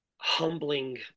humbling